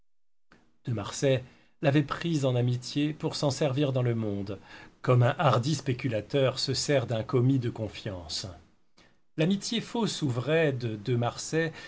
de marsay l'avait pris en amitié pour s'en servir dans le monde comme un hardi spéculateur se sert d'un commis de confiance l'amitié fausse ou vraie de de marsay